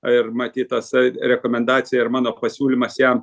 ir matyt tasai rekomendacija ir mano pasiūlymas jam